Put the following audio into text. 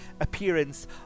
appearance